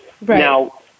Now